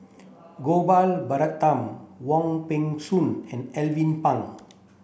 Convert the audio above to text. Gopal Baratham Wong Peng Soon and Alvin Pang